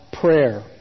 prayer